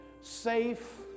safe